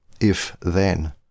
if-then